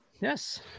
Yes